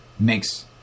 Makes